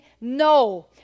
no